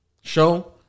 Show